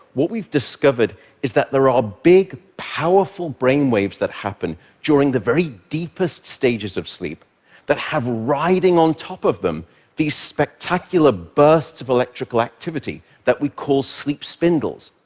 what we've discovered is that there are ah big, powerful brainwaves that happen during the very deepest stages of sleep that have riding on top of them these spectacular bursts of electrical activity that we call sleep spindles.